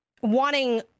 wanting